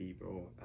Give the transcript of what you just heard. bro